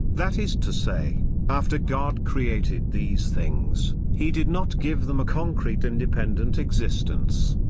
that is to say after god created these things, he did not give them a concrete independent existence.